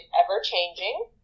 ever-changing